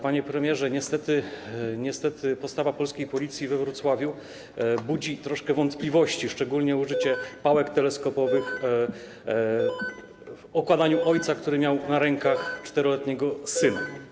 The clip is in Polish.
Panie premierze, niestety postawa polskiej policji we Wrocławiu budzi troszkę wątpliwości, szczególnie użycie pałek teleskopowych do okładania ojca, który miał na rękach 4-letniego syna.